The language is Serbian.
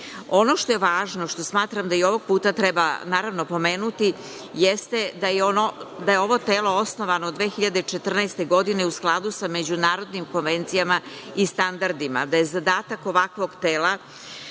ima. Ono što je važno, a što smatram da i ovog puta treba, naravno, pomenuti jeste da je ovo telo osnovano 2014. godine, u skladu sa međunarodnim konvencijama i standardima, da je zadatak ovakvog tela